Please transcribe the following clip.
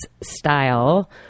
style